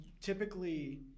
Typically